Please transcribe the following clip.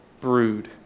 brood